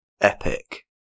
Epic